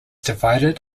divided